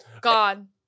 gone